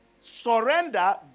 Surrender